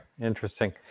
interesting